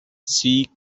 see